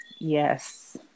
Yes